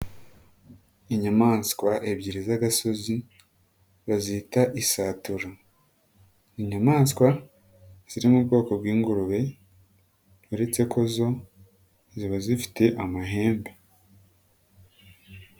inyamaswa ebyiri z'agasozi, bazita isatura, NI inyamaswa, ziri mu bwoko bw'ingurube uretse ko zo ziba zifite amahembe.